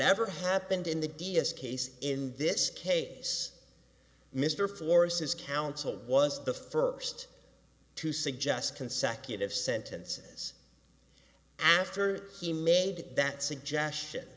ever happened in the d a s case in this case mr force's counsel was the first to suggest consecutive sentences after he made that suggestion